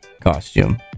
costume